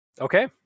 Okay